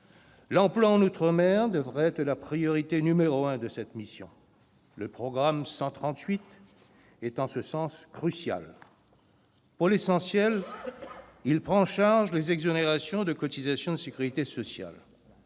L'emploi en outre-mer devrait être la première priorité de cette mission ! Le programme 138 est, en ce sens, crucial. Pour l'essentiel, il prend en charge les exonérations de cotisations de sécurité sociale.